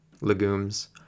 legumes